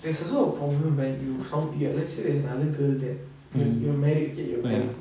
there's also a problem when you come here let's say there's another girl that you you're married you're married